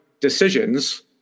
decisions